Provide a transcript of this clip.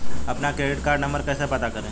अपना credit card number कैसे पता करें?